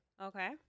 Okay